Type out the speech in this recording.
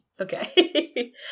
Okay